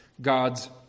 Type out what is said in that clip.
God's